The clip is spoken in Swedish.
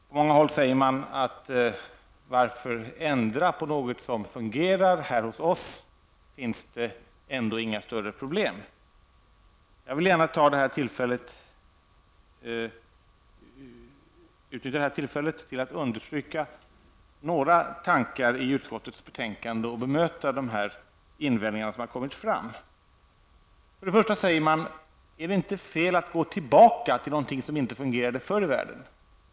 På många håll frågar man sig varför vi ändrar på någonting som fungerar, det finns inga större problem. Jag vill gärna utnyttja detta tillfälle till att understryka några synpunkter i betänkandet och bemöta invändningarna. För det första frågar man sig om det inte är felaktigt att gå tillbaka till någonting som inte fungerade förr i världen.